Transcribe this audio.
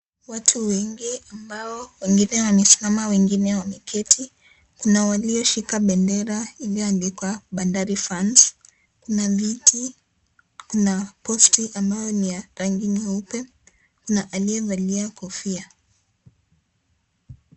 Watu wengi ambao wengine wamesimama wengine wameketi. Kuna walioshika bendera iliyoandikwa Bandari fans . Kuna viti, kuna posti ambayo ni ya rangi nyeupe, kuna aliyevalia kofia.